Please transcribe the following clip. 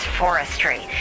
forestry